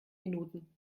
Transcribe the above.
minuten